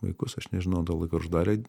vaikus aš nežinau dėl laiko uždarė